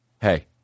Hey